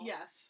Yes